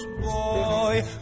boy